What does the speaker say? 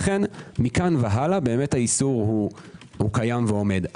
לכן מכאן והלאה האיסור קיים ועומד.